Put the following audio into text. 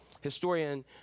historian